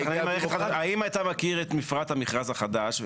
האם אתה מכיר את מפרט המכרז החדש?